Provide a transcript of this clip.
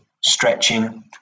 stretching